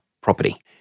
property